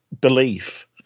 belief